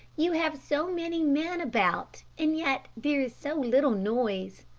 you have so many men about, and yet there is so little noise.